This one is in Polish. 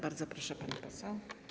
Bardzo proszę, pani poseł.